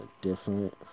different